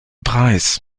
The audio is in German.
preis